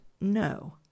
no